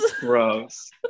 Gross